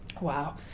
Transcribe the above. Wow